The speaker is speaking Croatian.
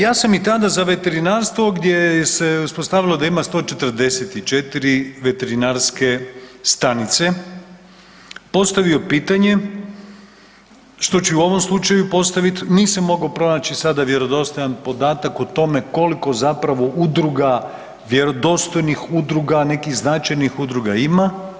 Ja sam i tada za veterinarstvo gdje se uspostavilo da ima 144 veterinarske stanice, postavio pitanje što ću i u ovom slučaju postavit, nisam mogao pronaći sada vjerodostojan podatak o tome koliko zapravo udruga, vjerodostojnih udruga, nekih značajnih udruga ima.